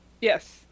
Yes